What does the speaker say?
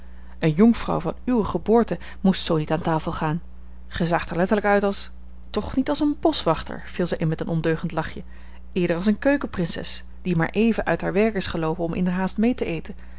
eene jonkvrouw van uwe geboorte moest zoo niet aan tafel gaan gij zaagt er letterlijk uit als nu toch niet als een boschwachter viel zij in met een ondeugend lachje eerder als eene keukenprinses die maar even uit haar werk is geloopen om inderhaast mee te eten